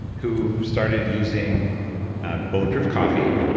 who've started using bulletproof coffee,